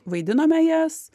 vaidinome jas